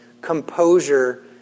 composure